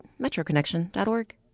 metroconnection.org